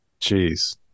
Jeez